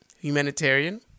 humanitarian